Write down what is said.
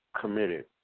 committed